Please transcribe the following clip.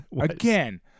Again